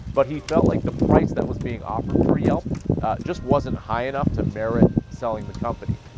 but he felt like the price that was being offered for yelp just wasn't high enough to merit selling the company.